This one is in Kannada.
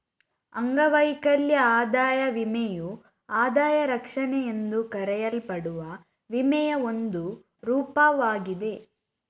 ಅಂಗವೈಕಲ್ಯ ಆದಾಯ ವಿಮೆಯು ಆದಾಯ ರಕ್ಷಣೆ ಎಂದು ಕರೆಯಲ್ಪಡುವ ವಿಮೆಯ ಒಂದು ರೂಪವಾಗಿದೆ